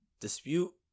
Dispute